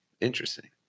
Interesting